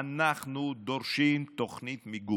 אנחנו דורשים תוכנית מיגון.